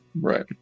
Right